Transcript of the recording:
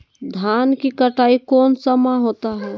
धान की कटाई कौन सा माह होता है?